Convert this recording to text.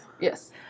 Yes